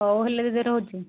ହଉ ହେଲେ ଦିଦି ରହୁଛି